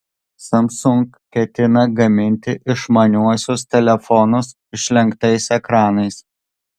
samsung ketina gaminti išmaniuosius telefonus išlenktais ekranais